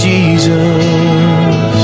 Jesus